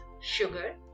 sugar